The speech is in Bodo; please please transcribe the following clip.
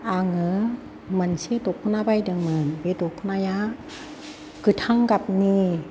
आङो मोनसे दख'ना बायदोंमोन बे दख'नाया गोथां गाबनि